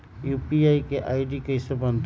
UPI के ID कैसे बनतई?